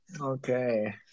Okay